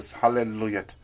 hallelujah